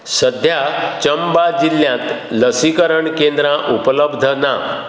सद्या चंबा जिल्ल्यांत लसीकरण केंद्रां उपलब्ध ना